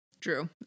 True